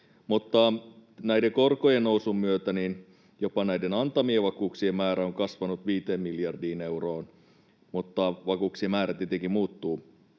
Mutta näiden korkojen nousun myötä jopa näiden antamien vakuuksien määrä on kasvanut 5 miljardiin euroon, mutta vakuuksien määrä tietenkin muuttuu